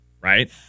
Right